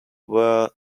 were